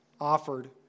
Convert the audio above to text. offered